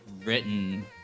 written